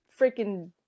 freaking